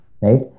right